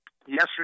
Yesterday